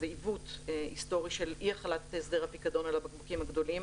זה עיוות היסטורי של אי החלת הסדר הפיקדון על הבקבוקים הגדולים.